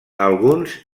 alguns